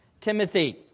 Timothy